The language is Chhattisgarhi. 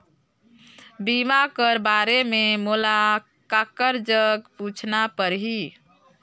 बीमा कर बारे मे मोला ककर जग पूछना परही?